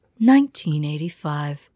1985